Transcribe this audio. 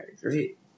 great